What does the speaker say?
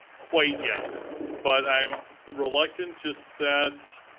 quite yet. but i'm reluctant to set,